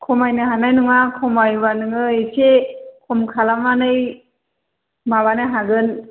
खमायनो हानाय नङा खमायोबा नोङो एसे खम खालामनानै माबानो हागोन